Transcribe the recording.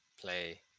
play